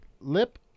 lip